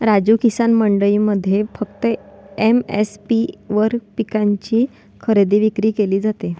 राजू, किसान मंडईमध्ये फक्त एम.एस.पी वर पिकांची खरेदी विक्री केली जाते